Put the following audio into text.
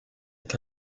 est